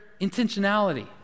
intentionality